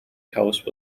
house